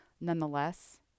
Nonetheless